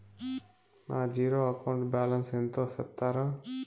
నా zero account balance ఎంతో సెప్తారా?